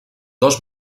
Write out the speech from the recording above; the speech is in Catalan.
dos